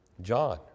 John